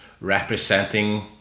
representing